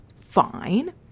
fine